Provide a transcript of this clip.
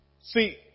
See